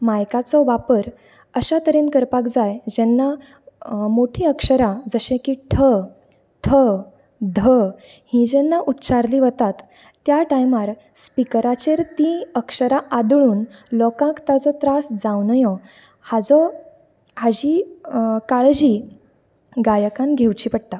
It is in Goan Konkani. मायकाचो वापर अश्या तरेन करपाक जाय जेन्ना मोठी अक्षरां जशे की ठ थ ध ही जेन्ना उच्चारली वतात त्या टायमार स्पिकराचेर ती अक्षरां आदळून लोकांक ताजो त्रास जावं नयो हाजो हाजी काळजी गायकान घेवची पडटा